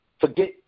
forget